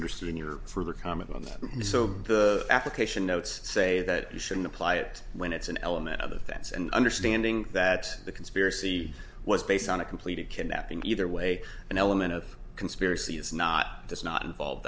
interested in your further comment on that so the application notes say that you shouldn't apply it when it's an element of that that's an understanding that the conspiracy was based on a completed kidnapping either way an element of conspiracy is not does not involve